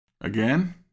Again